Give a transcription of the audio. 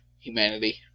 humanity